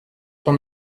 ton